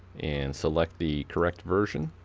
and select the correct version.